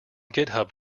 github